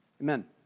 Amen